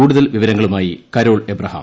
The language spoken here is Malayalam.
കൂടുതൽ വിവരങ്ങളുമായി കരോൾ അബ്രഹാം